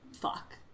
fuck